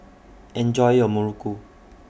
Enjoy your Muruku